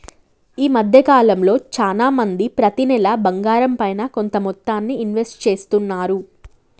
ఈ మద్దె కాలంలో చానా మంది ప్రతి నెలా బంగారంపైన కొంత మొత్తాన్ని ఇన్వెస్ట్ చేస్తున్నారు